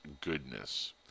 goodness